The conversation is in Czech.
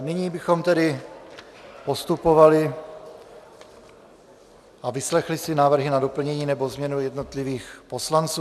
Nyní bychom tedy postupovali a vyslechli si návrhy na doplnění nebo změnu jednotlivých poslanců.